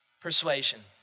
persuasion